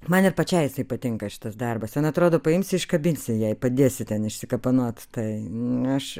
man ir pačiai jisai patinka šitas darbas ten atrodo paimsi iškabinsi jai padėsi ten išsikapanot tai aš